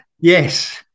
yes